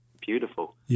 beautiful